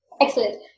Excellent